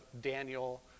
Daniel